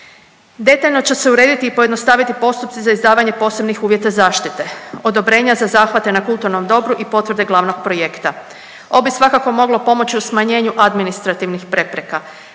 Detaljno će se urediti i pojednostaviti postupci za izdavanje posebnih uvjeta zaštite, odobrenja za zahvate na kulturnom dobru i potvrde glavnog projekta. To bi svakako moglo pomoći u smanjenju administrativnih prepreka,